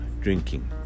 drinking